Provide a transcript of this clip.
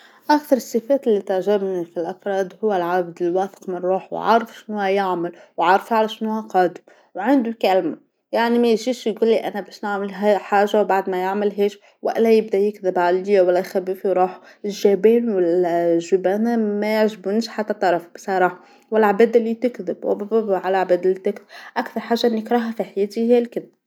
أكثرالصفات اللي تعجبني في الأفراد هو العبد الواثق من روحو الواثق، عارف شناوا يعمل، وعارف على شناوا قادر وعندو الكلمه، يعني ما يجيش يقولي أنا باش نعمل حا- حاجه وبعد مايعملهاش، وإلا يبدا يكذب عليا ولا يخبي في روحو، الجبان ولا الجبانا مايعجبونيش حتى طرف بصراحه والعباد اللي تكذب العباد اللي تكذب، أكثر حاجه نكرها في حياتي هي الكذب.